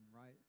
right